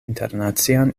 internacian